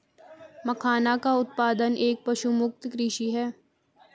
मखाना का उत्पादन एक पशुमुक्त कृषि है